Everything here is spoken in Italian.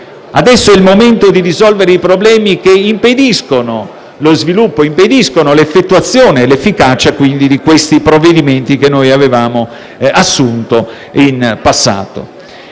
Adesso è il momento di risolvere i problemi che impediscono lo sviluppo, l'attuazione e l'efficacia di questi provvedimenti che noi avevamo assunto in passato.